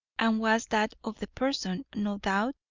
and was that of the person, no doubt,